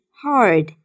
hard